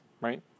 right